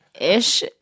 Ish